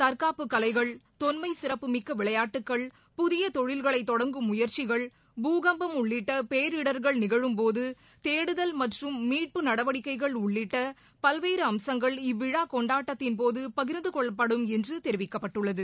தற்காப்பு கலைகள் தொன்மை சிறப்பு மிக்க விளையாட்டுக்கள் புதிய தொழில்களை தொடங்கும் முயற்சிகள் பூகம்பம் உள்ளிட்ட பேரிடர்கள் நிகழும் போது தேடுதல் மற்றும் மீட்பு நடவடிக்கைகள் உள்ளிட்ட பல்வேறு அம்சங்கள் இவ்விழா போது பகிர்ந்துகொள்ளப்படும் என்று தெரிவிக்கப்பட்டுள்ளது